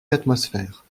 l’atmosphère